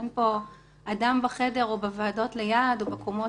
אין פה אדם בחדר או בוועדות ליד או בקומות